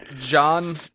John